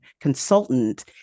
consultant